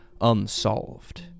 unsolved